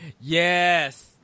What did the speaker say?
Yes